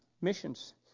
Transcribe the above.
Missions